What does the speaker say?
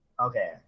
Okay